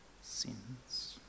sins